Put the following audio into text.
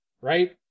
Right